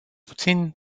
puțin